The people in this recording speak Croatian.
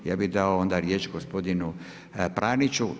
Ja bi dao onda riječ gospodinu Praniću.